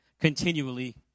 Continually